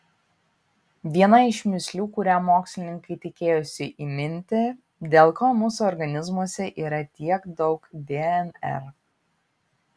viena iš mįslių kurią mokslininkai tikėjosi įminti dėl ko mūsų organizmuose yra tiek daug dnr